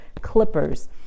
clippers